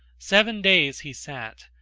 seven days he sat,